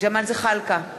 ג'מאל זחאלקה,